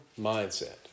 mindset